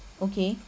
okay